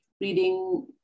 reading